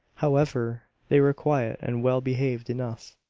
however, they were quiet and well behaved enough.